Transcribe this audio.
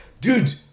dude